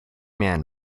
man